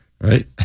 right